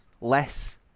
less